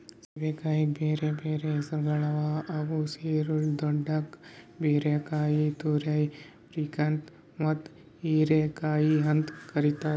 ಸೇಬೆಕಾಯಿಗ್ ಬ್ಯಾರೆ ಬ್ಯಾರೆ ಹೆಸುರ್ ಅವಾ ಅವು ಸಿರೊಳ್, ದೊಡ್ಕಾ, ಬೀರಕಾಯಿ, ತುರೈ, ಪೀರ್ಕಂಕಿ ಮತ್ತ ಹೀರೆಕಾಯಿ ಅಂತ್ ಕರಿತಾರ್